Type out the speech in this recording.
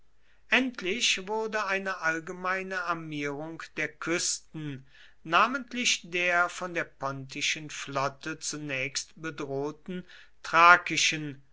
endlich wurde eine allgemeine armierung der küsten namentlich der von der pontischen flotte zunächst bedrohten